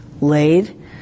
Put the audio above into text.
laid